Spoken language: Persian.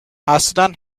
اصلن